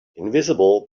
invisible